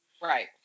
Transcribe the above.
Right